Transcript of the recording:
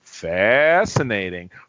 fascinating